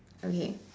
okay